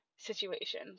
situation